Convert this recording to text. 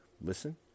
listen